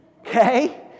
okay